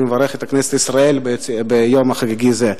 אני מברך את כנסת ישראל ביום חגיגי זה.